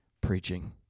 preaching